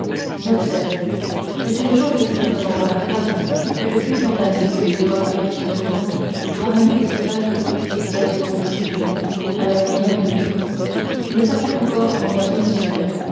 note cest une chose extrêmement remarquable que depuis tant d'années que les européens se tourmentent pour amener les sauvages des diverses contrées du monde à leur manière de vivre ils n'aient pas pu encore en gagner un seul